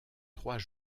trois